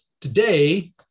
Today